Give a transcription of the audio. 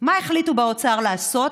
מה החליטו באוצר לעשות.